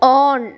on